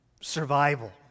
survival